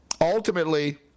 ultimately